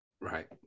Right